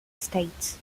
states